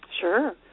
Sure